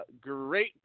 great